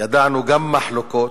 ידענו גם מחלוקות,